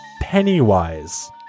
Pennywise